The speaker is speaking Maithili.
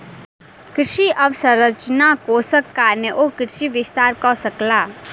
कृषि अवसंरचना कोषक कारणेँ ओ कृषि विस्तार कअ सकला